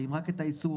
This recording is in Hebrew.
האם רק את האיסוף,